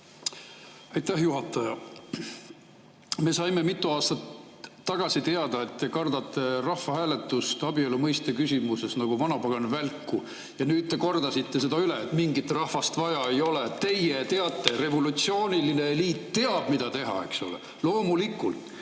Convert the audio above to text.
Aitäh, juhataja! Me saime mitu aastat tagasi teada, et te kardate rahvahääletust abielu mõiste küsimuses nagu vanapagan välku. Ja nüüd te kordasite selle üle, et mingit rahvast vaja ei ole. Teie teate, revolutsiooniline eliit teab, mida teha, eks ole. Loomulikult,